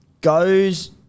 Goes